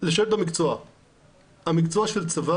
המקצוע של הצבא